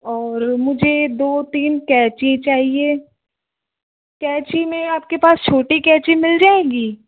और मुझे दो तीन कैंची चाहिए कैंची में आपके पास छोटी कैंची मिल जाएगी